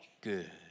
Good